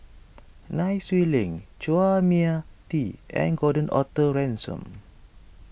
Nai Swee Leng Chua Mia Tee and Gordon Arthur Ransome